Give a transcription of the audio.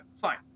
fine